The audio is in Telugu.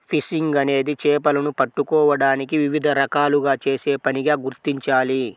ఫిషింగ్ అనేది చేపలను పట్టుకోవడానికి వివిధ రకాలుగా చేసే పనిగా గుర్తించాలి